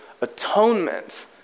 atonement